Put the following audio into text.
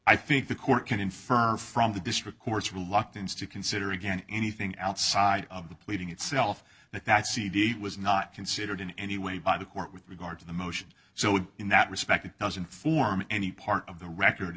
i think the court can infer from the district court's reluctance to consider again anything outside of the pleading itself that that cd was not considered in any way by the court with regard to the motions so in that respect it doesn't form any part of the record